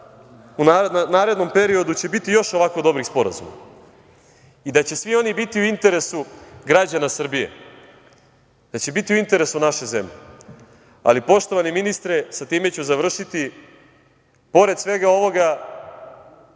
u narednom periodu će biti još ovako dobrih sporazuma i da će svi oni biti u interesu građana Srbije, da će biti u interesu naše zemlje. Ali, poštovani ministre, i sa time ću završiti, pored svega ovoga,